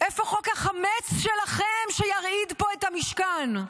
איפה חוק החמץ שלכם שירעיד פה את המשכן?